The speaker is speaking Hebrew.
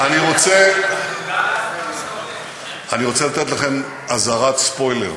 ואני רוצה לתת לכם אזהרת ספוילר.